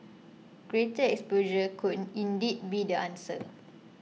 greater exposure could indeed be the answer